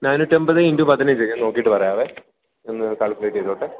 നാനൂറ്റി അൻപത് ഇൻറ്റു പതിനഞ്ച് ഞാൻ നോക്കിയിട്ട് പറയാവെ ഒന്ന് കാൽക്യൂലേറ്റ് ചെയ്തോട്ടെ